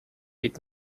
eight